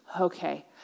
Okay